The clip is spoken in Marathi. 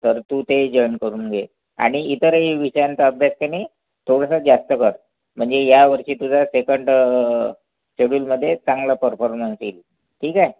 तर तू ते जॉईन करून घे आणि इतरही विषयांचा अभ्यास की नाही थोडंसा जास्त कर म्हणजे यावर्षी तुझा सेकंड शेड्यूलमध्ये चांगला परफॉर्मन्स येईल ठीक आहे